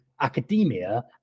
Academia